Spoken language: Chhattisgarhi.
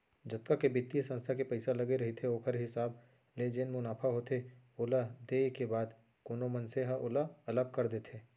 जतका के बित्तीय संस्था के पइसा लगे रहिथे ओखर हिसाब ले जेन मुनाफा होथे ओला देय के बाद कोनो मनसे ह ओला अलग कर देथे